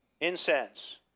Incense